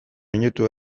minutu